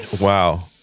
wow